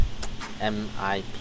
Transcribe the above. MIP